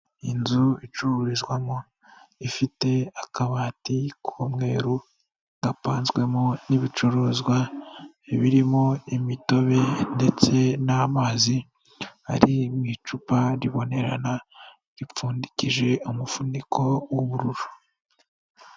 Inzu icururizwamo, ifite akabati k'umweru gapanzwemo n'ibicuruzwa, birimo imitobe ndetse n'amazi ari mu icupa ribonerana ripfundikije umufuniko w'ubururu.